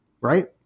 right